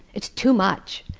it's too much.